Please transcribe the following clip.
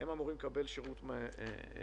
הם אמורים לקבל שירות מהמדינה.